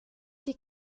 die